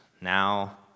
Now